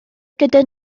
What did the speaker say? gyda